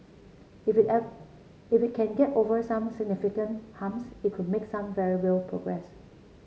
if if it can get over some significant humps it could make some very real progress